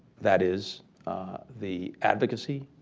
that is the advocacy,